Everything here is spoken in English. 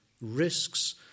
risks